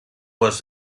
was